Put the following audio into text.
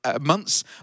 months